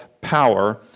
Power